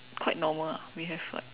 quite normal ah we have like